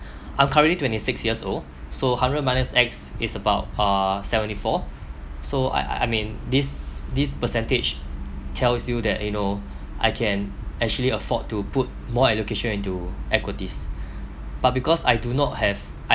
I'm currently twenty six years old so hundred minus X is about uh seventy four so I I I mean this this percentage tells you that you know I can actually afford to put more allocation into equities but because I do not have I